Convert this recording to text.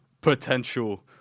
potential